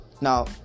Now